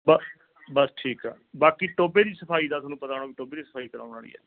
ਬ ਬਸ ਠੀਕ ਆ ਬਾਕੀ ਟੋਭੇ ਦੀ ਸਫਾਈ ਦਾ ਤੁਹਾਨੂੰ ਪਤਾ ਹੋਣਾ ਵੀ ਟੋਭੇ ਸਫਾਈ ਕਰਵਾਉਣ ਆਲੀ ਆ